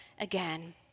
again